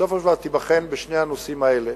בסופו של דבר תיבחן בשני הנושאים האלה: